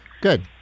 Good